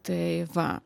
tai va